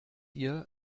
ihr